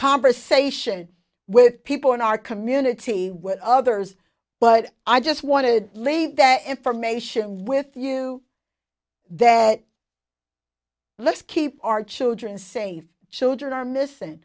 conversation with people in our community with others but i just want to leave that information with you that let's keep our children safe children are missing